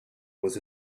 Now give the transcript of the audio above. was